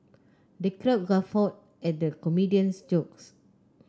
the crowd guffawed at the comedian's jokes